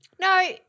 No